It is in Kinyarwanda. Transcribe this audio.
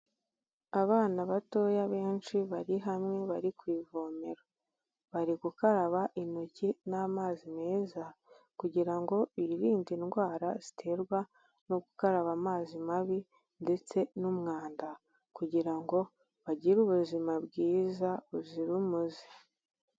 Abana batoya benshi bari hamwe bari ku ivomero, bari gukaraba intoki n'amazi meza kugira ngo biririnde indwara ziterwa no gukaraba amazi mabi ndetse n'umwanda kugira ngo bagire ubuzima bwiza buzira umuze.